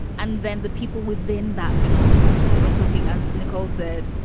and then the people within that phenomenon, we're talking, as nicole said,